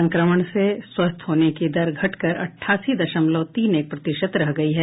संक्रमण से स्वस्थ होने की दर घटकर अट्ठासी दशमलव तीन एक प्रतिशत रह गई है